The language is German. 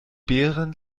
beeren